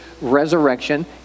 resurrection